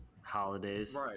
holidays